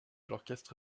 l’orchestre